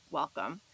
welcome